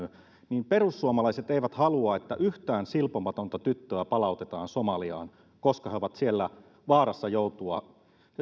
niin perussuomalaiset eivät halua että yhtään silpomatonta tyttöä palautetaan somaliaan koska he ovat siellä vaarassa joutua